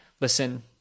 listen